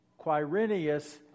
Quirinius